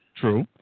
True